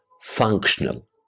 functional